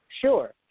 Sure